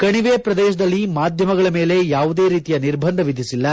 ಕಣಿವೆ ಪ್ರದೇಶದಲ್ಲಿ ಮಾಧ್ಯಮಗಳ ಮೇಲೆ ಯಾವುದೇ ರೀತಿಯ ನಿರ್ಬಂಧ ವಿಧಿಸಿಲ್ಲ